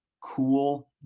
cool